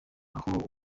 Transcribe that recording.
aho